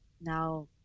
now